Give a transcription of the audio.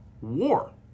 war